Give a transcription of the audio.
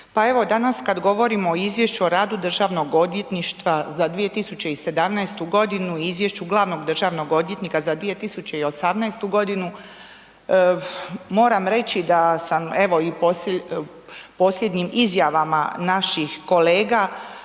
pa evo danas kad govorimo o Izvješću o radu državnog odvjetništva za 2017. godinu i Izvješću glavnog državnog odvjetnika za 2018. godinu moram reći da sam evo i posljednjim izjavama naših kolega